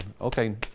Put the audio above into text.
okay